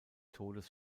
todes